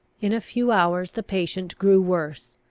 in a few hours the patient grew worse.